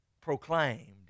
proclaimed